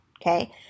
okay